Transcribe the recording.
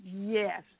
Yes